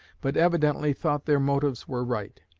but evidently thought their motives were right.